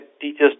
teachers